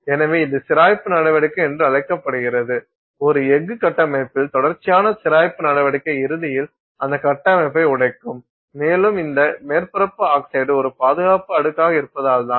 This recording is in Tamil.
எனவே இது சிராய்ப்பு நடவடிக்கை என்று அழைக்கப்படுகிறது ஒரு எஃகு கட்டமைப்பில் தொடர்ச்சியான சிராய்ப்பு நடவடிக்கை இறுதியில் அந்த கட்டமைப்பை உடைக்கும் மேலும் இந்த மேற்பரப்பு ஆக்சைடு ஒரு பாதுகாப்பு அடுக்காக இருப்பதால் தான்